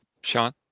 Sean